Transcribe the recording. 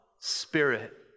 Spirit